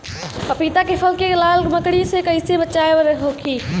पपीता के फल के लाल मकड़ी से कइसे बचाव होखि?